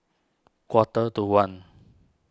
quarter to one